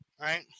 right